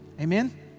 Amen